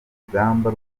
urugamba